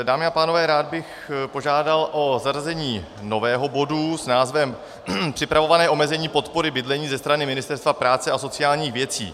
Dámy a pánové, rád bych požádal o zařazení nového bodu s názvem Připravované omezení podpory bydlení ze strany Ministerstva práce a sociálních věcí.